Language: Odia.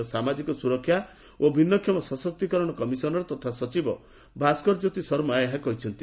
ରାଜ୍ୟ ସାମାଜିକ ସୁରକ୍ଷା ଓ ଭିନ୍ନଷମ ସଶକ୍ତୀକରଣ କମିଶନର ତଥା ସଚିବ ଭାସ୍କର ଜ୍ୟୋତି ଶର୍ମା ଏହା କହିଛନ୍ତି